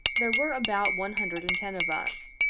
there were about one hundred and ten of us,